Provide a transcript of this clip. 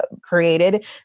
created